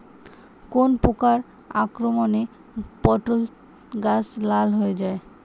কোন প্রকার আক্রমণে পটল গাছ লাল হয়ে যায়?